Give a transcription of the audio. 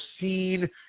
seen